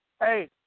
Hey